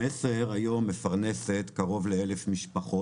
חברת מסר מפרנסת היום קרוב לאלף משפחות.